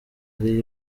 ari